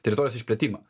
teritorijos išplėtimą